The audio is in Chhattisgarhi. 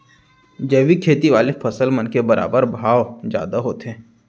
जैविक खेती वाले फसल मन के बाजार भाव जादा होथे